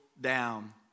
down